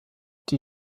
die